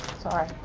sorry.